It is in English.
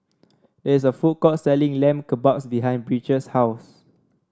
there is a food court selling Lamb Kebabs behind Bridget's house